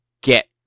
get